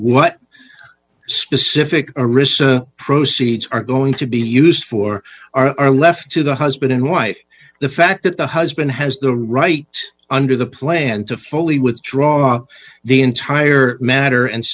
what specific arista proceeds are going to be used for are left to the husband and wife the fact that the husband has the right under the plan to fully withdraw the entire matter and